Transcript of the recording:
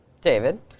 David